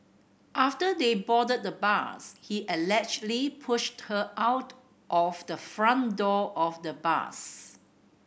after they boarded the bus he allegedly pushed her out of the front door of the bus